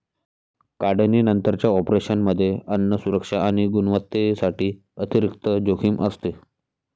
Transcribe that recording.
काढणीनंतरच्या ऑपरेशनमध्ये अन्न सुरक्षा आणि गुणवत्तेसाठी अतिरिक्त जोखीम असते